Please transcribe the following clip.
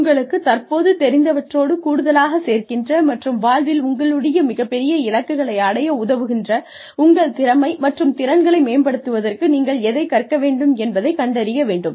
உங்களுக்கு தற்போது தெரிந்தவற்றோடு கூடுதலாகச் சேர்க்கின்ற மற்றும் வாழ்வில் உங்களுடைய மிகப்பெரிய இலக்குகளை அடைய உதவுகின்ற உங்கள் திறமை மற்றும் திறன்களை மேம்படுத்துவதற்கு நீங்கள் எதைக் கற்க வேண்டும் என்பதைக் கண்டறிய வேண்டும்